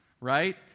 right